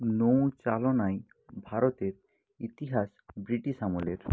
নৌচালনায় ভারতের ইতিহাস ব্রিটিশ আমলের